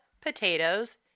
potatoes